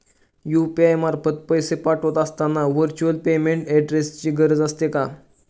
UPI मार्फत पैसे पाठवत असताना व्हर्च्युअल पेमेंट ऍड्रेसची गरज असते का?